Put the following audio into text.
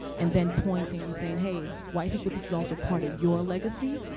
and then pointing and saying, hey, white people this is also part of your legacy.